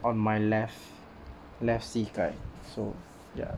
on my left left 膝盖 so ya